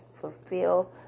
fulfill